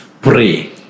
Pray